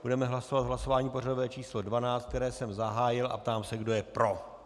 Budeme hlasovat v hlasování pořadové číslo 12, které jsem zahájil, a ptám se, kdo je pro.